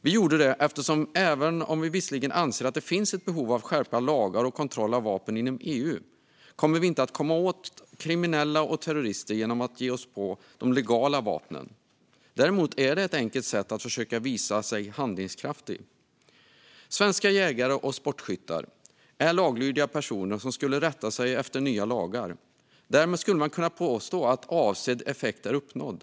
Vi gjorde det även om vi visserligen anser att det finns ett behov av att skärpa lagar och kontroll av vapen inom EU. Men vi kommer inte att komma åt kriminella och terrorister genom att ge oss på de legala vapnen. Däremot är det ett enkelt sätt att försöka visa sig handlingskraftig. Svenska jägare och sportskyttar är laglydiga personer som skulle rätta sig efter nya lagar. Därmed skulle man kunna påstå att avsedd effekt är uppnådd.